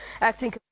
acting